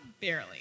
barely